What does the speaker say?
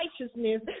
righteousness